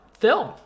film